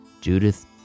Judith